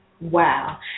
Wow